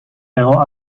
terror